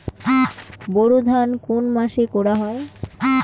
বোরো ধান কোন মাসে করা হয়?